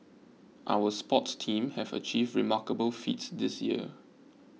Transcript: our sports teams have achieved remarkable feats this year